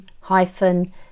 hyphen